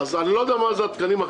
אני לא מתווכח על התקציב של ועדת